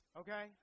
okay